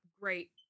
great